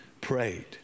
prayed